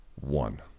One